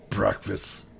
Breakfast